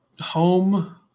home